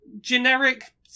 generic